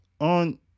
on